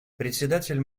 председатель